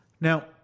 now